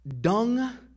dung